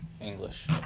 English